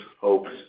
hopes